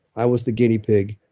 i was the guinea pig.